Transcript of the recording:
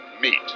meet